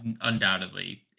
undoubtedly